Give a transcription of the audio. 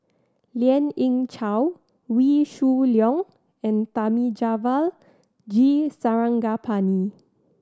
Lien Ying Chow Wee Shoo Leong and Thamizhavel G Sarangapani